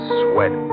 sweat